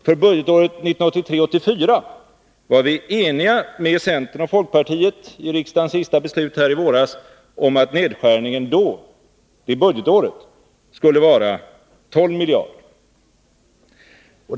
För budgetåret 1983/84 skulle nedskärningen vara 12 miljarder, vilket vi, centern och folkpartiet var eniga om i riksdagens sista beslut i våras.